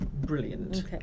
brilliant